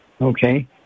Okay